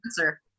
answer